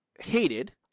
hated